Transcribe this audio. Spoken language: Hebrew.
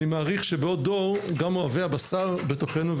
אני מעריך שבעוד דור גם אוהבי הבשר בתוכנו,